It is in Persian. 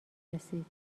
رسید